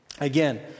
again